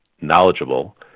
knowledgeable